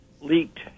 leaked